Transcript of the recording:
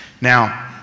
Now